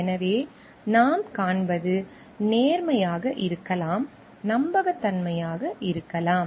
எனவே நாம் காண்பது நேர்மையாக இருக்கலாம் நம்பகத்தன்மையாக இருக்கலாம்